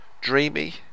dreamy